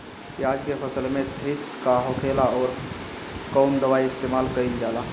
प्याज के फसल में थ्रिप्स का होखेला और कउन दवाई इस्तेमाल कईल जाला?